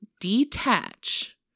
detach